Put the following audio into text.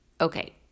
Okay